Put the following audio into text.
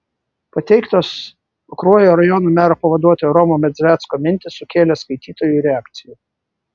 pateiktos pakruojo rajono mero pavaduotojo romo medzvecko mintys sukėlė skaitytojų reakciją